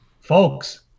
folks